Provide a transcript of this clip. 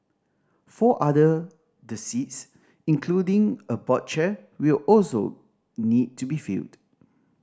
four other the seats including a board chair will also need to be filled